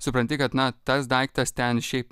supranti kad na tas daiktas ten šiaip